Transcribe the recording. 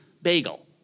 Bagel